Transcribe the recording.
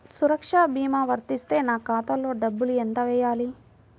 సురక్ష భీమా వర్తిస్తే నా ఖాతాలో డబ్బులు ఎంత వేయాలి?